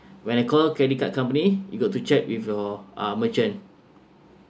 when I called credit card company you got to check with your uh merchant